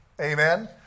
Amen